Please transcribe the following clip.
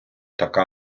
така